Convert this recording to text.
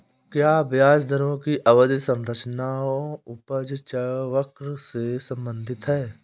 क्या ब्याज दरों की अवधि संरचना उपज वक्र से संबंधित है?